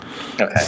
Okay